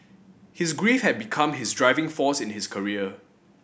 his grief had become his driving force in his career